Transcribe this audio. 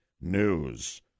news